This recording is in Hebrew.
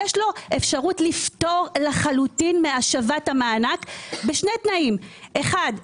אפשרות לפטור לחלוטין מהשבת המענק בשני תנאים: אחד,